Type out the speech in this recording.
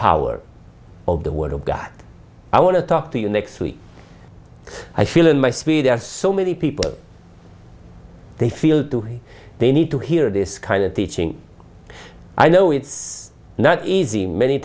power of the word of god i want to talk to you next week i feel in my spirit are so many people they feel to hear they need to hear this kind of teaching i know it's not easy many